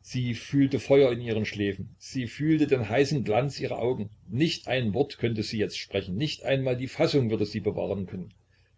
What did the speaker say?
sie fühlte feuer in ihren schläfen sie fühlte den heißen glanz ihrer augen nicht ein wort könnte sie jetzt sprechen nicht einmal die fassung würde sie bewahren können